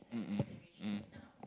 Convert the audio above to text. mmhmm mm